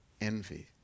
envy